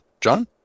John